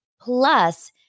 plus